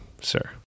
sir